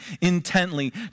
intently